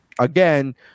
again